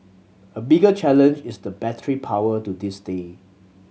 a bigger challenge is the battery power to this day